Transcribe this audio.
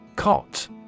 Cot